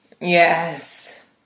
Yes